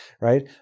Right